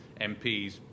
MPs